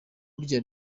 burya